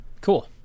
Cool